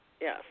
yes